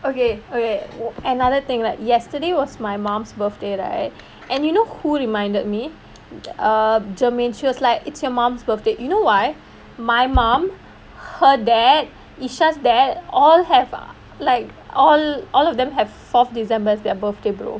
okay okay another thing like yesterday was my mom's birthday right and you know who reminded me err germaine she was like it's your mum's birthday you know why my mom her dad isha's dad all have like all all of them have fourth december as their birthday brother